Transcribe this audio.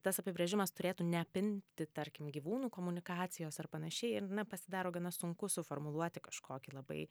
tas apibrėžimas turėtų neapimti tarkim gyvūnų komunikacijos ar panašiai ir pasidaro gana sunku suformuluoti kažkokį labai